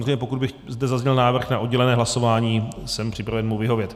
Samozřejmě pokud by zde zazněl návrh na oddělené hlasování, jsem připraven mu vyhovět.